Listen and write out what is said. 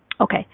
Okay